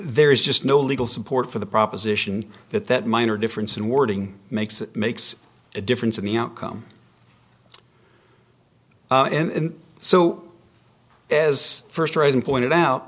there is just no legal support for the proposition that that minor difference in wording makes makes a difference in the outcome and so as first arising pointed out